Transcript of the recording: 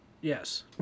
Yes